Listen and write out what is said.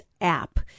app